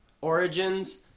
Origins